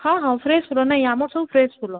ହଁ ହଁ ଫ୍ରେଶ୍ ଫୁଲ ନାହିଁ ଆମର ସବୁ ଫ୍ରେଶ୍ ଫୁଲ